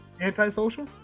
Antisocial